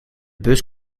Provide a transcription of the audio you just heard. bus